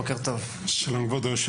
שלום, אדוני,